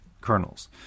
kernels